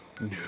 No